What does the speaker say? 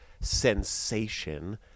sensation